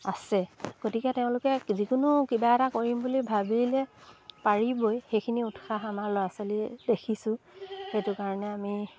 আছে গতিকে তেওঁলোকে যিকোনো কিবা এটা কৰিম বুলি ভাবিলে পাৰিবই সেইখিনি উৎসাহ আমাৰ ল'ৰা ছোৱালীৰ দেখিছোঁ সেইটো কাৰণে আমি